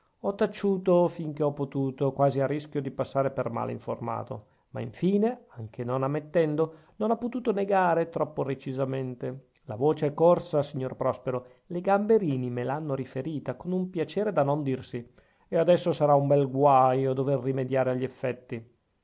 ho taciuto fin che ho potuto quasi a rischio di passare per male informato ma infine anche non ammettendo non ho potuto negare troppo recisamente la voce è corsa signor prospero le gamberini me l'hanno riferita con un piacere da non dirsi e adesso sarà un bel guaio dover rimediare agli effetti